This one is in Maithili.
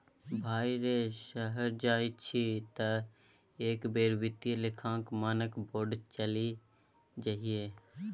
भाय रे शहर जाय छी तँ एक बेर वित्तीय लेखांकन मानक बोर्ड चलि जइहै